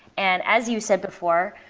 and as you said before,